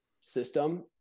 system